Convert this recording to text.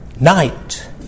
night